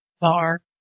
Bar